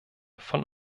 von